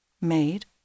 made